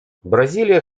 бразилия